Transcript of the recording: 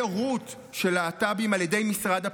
הורות של להט"בים על ידי משרד הפנים.